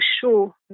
sure